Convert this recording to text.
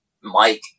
Mike